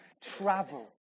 travel